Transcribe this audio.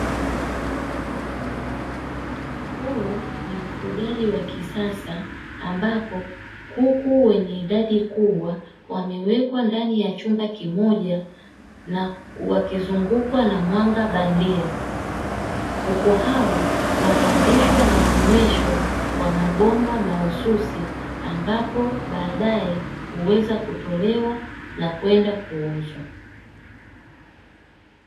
Huu ni ufugaji wa kisasa ambapo kuku wenye idadi kubwa wamewekwa ndani ya chumba kimoja na wakizungukwa na mwanga bandia, kuku hawa wanalishwa na kunyweshwa kwa mabomba mahususi ambapo baadaye huweza kutolewa na kwenda kuuzwa.